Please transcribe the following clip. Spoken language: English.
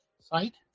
site